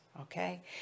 okay